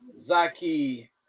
Zaki